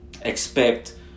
expect